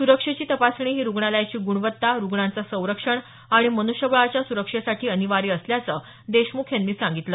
सुरक्षेची तपासणी ही रुग्णालयाची गुणवत्ता रुग्णांचं सरंक्षण आणि मनुष्यबळाच्या सुरक्षेसाठी अनिवार्य असल्याचं देशमुख यांनी सांगितलं